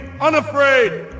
unafraid